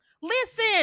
Listen